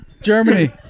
Germany